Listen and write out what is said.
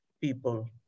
people